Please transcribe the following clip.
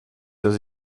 dass